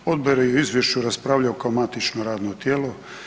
Odbor je o izvješću raspravljao kao matično radno tijelo.